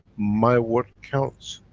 my work counts.